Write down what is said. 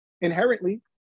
inherently